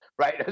Right